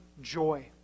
joy